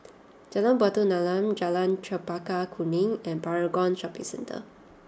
Jalan Batu Nilam Jalan Chempaka Kuning and Paragon Shopping Centre